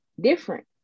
different